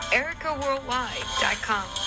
ericaworldwide.com